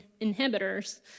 inhibitors